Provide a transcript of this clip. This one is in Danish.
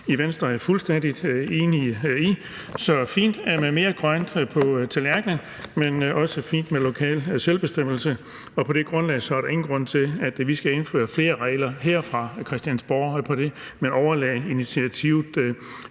i Venstre er fuldstændig enige i. Så det er fint med mere grønt på tallerkenen, men også fint med lokal selvbestemmelse. Og på det grundlag er der ingen grund til, at vi skal indføre flere regler her fra Christiansborg på det område;